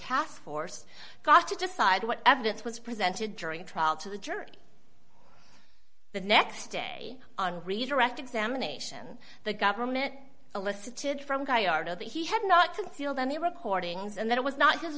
task force got to decide what evidence was presented during trial to the jury the next day on redirect examination the government elicited from kiara that he had not concealed any recordings and that it was not